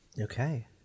Okay